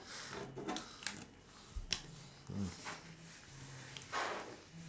mm